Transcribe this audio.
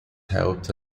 helped